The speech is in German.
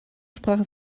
sprache